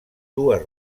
dues